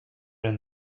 and